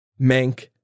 Mank